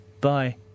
Bye